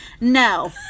no